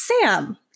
Sam